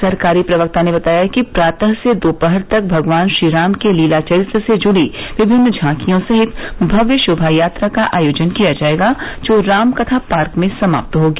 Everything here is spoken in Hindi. सरकारी प्रवक्ता ने बताया कि प्रातः से दोपहर तक भगवान श्री राम के लीला चरित्र से जुड़ी विभिन्न झांकियों सहित भव्य शोभा यात्रा का आयोजन किया जायेगा जो रामकथा पार्क में समाप्त होगी